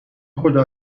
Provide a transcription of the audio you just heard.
خورده